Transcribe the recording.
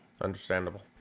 Understandable